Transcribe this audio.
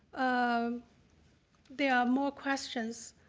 um there are more questions,